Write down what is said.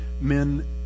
men